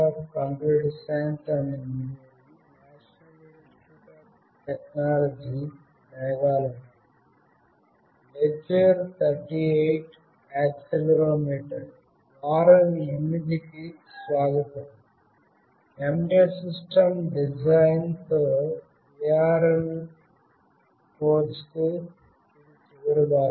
embedded system design తో ARM కోర్సుకు ఇది చివరి వారం